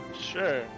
Sure